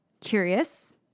curious